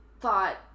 thought